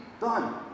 done